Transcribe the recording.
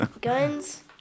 Guns